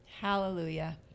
Hallelujah